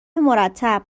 مرتب